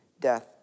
death